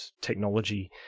technology